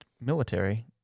military